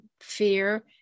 fear